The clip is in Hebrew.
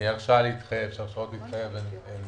הרשאה להתחייב, שהרשאות להתחייב הן